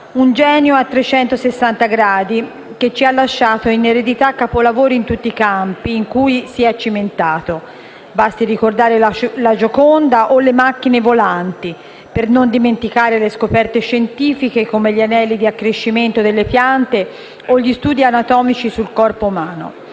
un genio a 360 gradi, che ci ha lasciato in eredità capolavori in tutti i campi in cui si è cimentato. Basti ricordare la Gioconda o le macchine volanti, per non dimenticare le scoperte scientifiche (come gli anelli di accrescimento delle piante) o gli studi anatomici sul corpo umano.